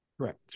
Correct